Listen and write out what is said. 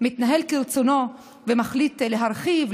מתנהל כרצונו ומחליט להרחיב,